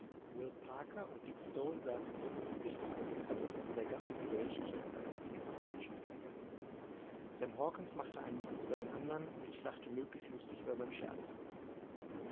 parker und dick stone saßen so gemütlich da als ob es in der ganzen welt nicht einen einzigen apachen gäbe sam hawkens machte einen witz über den andern und ich lachte möglichst lustig über seine scherze